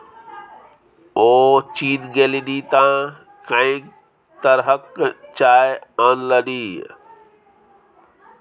ओ चीन गेलनि तँ कैंक तरहक चाय अनलनि